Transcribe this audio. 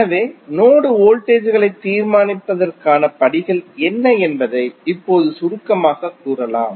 எனவே node voltage களைத் தீர்மானிப்பதற்கான படிகள் என்ன என்பதை இப்போது சுருக்கமாகக் கூறலாம்